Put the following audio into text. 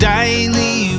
Daily